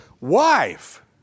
wife